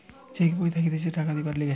check বই থাকতিছে টাকা দিবার লিগে